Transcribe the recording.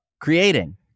creating